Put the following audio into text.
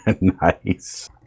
Nice